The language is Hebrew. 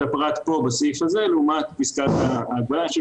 ההחלטות שלו מתקבלות על פי השקפת העולם שלו לקבוצות השיוך,